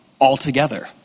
altogether